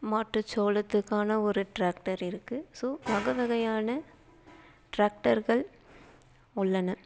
மாட்டு சோளத்துக்கான ஒரு டிராக்டர் இருக்குது ஸோ வகை வகையான டிராக்டர்கள் உள்ளன